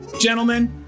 Gentlemen